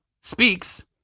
speaks